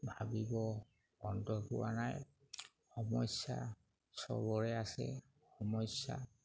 ভাবিব অন্ত হোৱা নাই সমস্যা চবৰে আছে সমস্যা